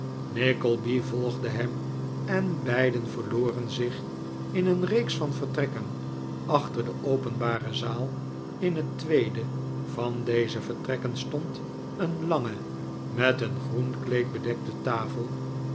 nickleby volgde hem en beiden verloren zich in een reeks van vertrekken achter de openbare zaal in het tweede van deze vertrekken stond een lange met een groen kleed bedekte tafel